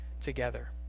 together